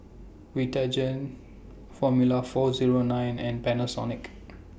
Vitagen Formula four Zero nine and Panasonic